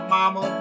Mama